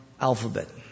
alphabet